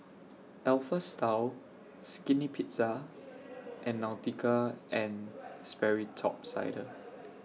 Alpha Style Skinny Pizza and Nautica and Sperry Top Sider